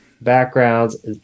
backgrounds